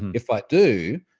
if i do,